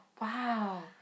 wow